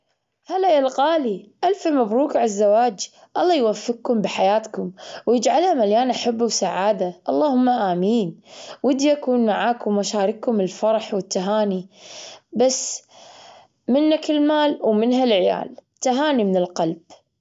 هلا يا الغالي، ألف مبروك على الزواج. الله يوفقكم بحياتكم ويجعلها مليانة حب وسعادة، اللهم آمين. ودي أكون معاكم وأشارككم الفرح والتهاني بس منك المال ومنها العيال. تهاني من القلب.